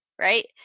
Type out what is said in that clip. right